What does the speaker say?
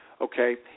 Okay